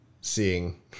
seeing